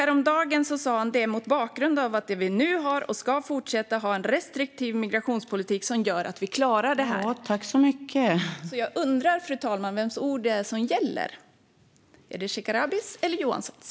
Häromdagen sa han att mot bakgrund av det vi nu har ska vi fortsätta ha en restriktiv migrationspolitik som gör att vi klarar detta. Fru talman! Därför undrar jag vems ord det är som gäller, är det Shekarabis eller Johanssons?